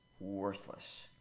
worthless